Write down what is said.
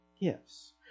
gifts